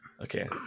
Okay